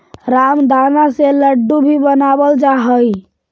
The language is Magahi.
रामदाना से लड्डू भी बनावल जा हइ